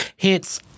Hence